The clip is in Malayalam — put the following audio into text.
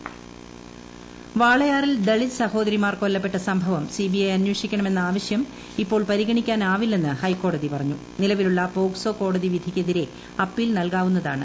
വാളയാർ കേസ് ഹൈക്കോടതി വാളയാറിൽ ദളിത് സഹോദരിമാർ കൊല്ലപ്പെട്ട സംഭവം സിബിഐ അന്വേഷിക്കണമെന്ന ആവശ്യം ഇപ്പോൾ പരിഗണിക്കാനാവില്ലെന്ന് ഹൈക്കോടതി പറഞ്ഞുക്കു നിലവിലുള്ള പോക്സോ കോടതിവിധിക്കെതിരെ അപ്പീൽ നൽകാവുന്നതാണ്